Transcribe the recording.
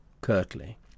curtly